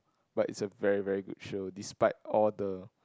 but it's a very very good show despite all the